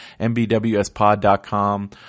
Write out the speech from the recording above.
MBWSPod.com